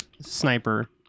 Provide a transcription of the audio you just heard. sniper